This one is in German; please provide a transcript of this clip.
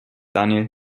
daniel